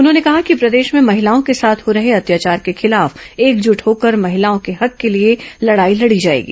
उन्होंने कहा कि प्रदेश में महिलाओं के साथ हो रहे अत्याचार के खिलाफ एकजुट होकर महिलाओं के हक के लिए लडाई लडी जाएगी